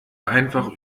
einfach